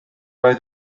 oedd